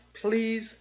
please